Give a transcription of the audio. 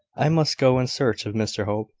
i must go in search of mr hope,